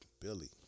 Billy